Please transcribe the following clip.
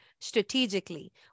strategically